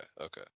okay